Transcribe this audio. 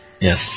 Yes